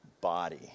body